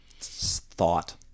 thought